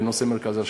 בנושא מרכז ההשקעות.